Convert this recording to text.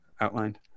outlined